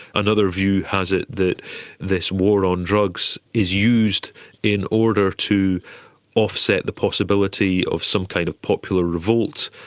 another view has it that this war on drugs is used in order to offset the possibility of some kind of popular revolt,